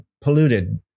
polluted